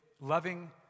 Loving